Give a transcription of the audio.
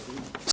Hvala